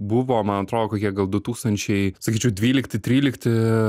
buvo man atrodo kokie gal du tūkstančiai sakyčiau dvylikti trylikti